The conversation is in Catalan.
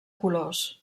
colors